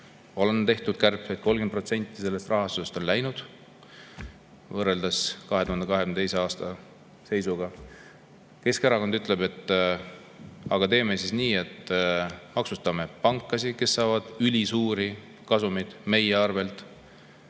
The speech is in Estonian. On tehtud kärpeid, 30% sellest rahastusest on läinud võrreldes 2022. aasta seisuga. Keskerakond ütleb, et teeme siis nii, et maksustame pankasid, kes saavad meie arvelt